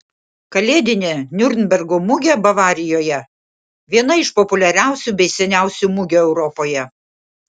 kalėdinė niurnbergo mugė bavarijoje viena iš populiariausių bei seniausių mugių europoje